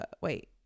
Wait